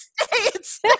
States